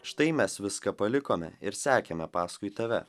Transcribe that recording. štai mes viską palikome ir sekėme paskui tave